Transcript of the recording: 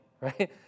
right